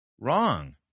Wrong